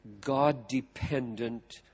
God-dependent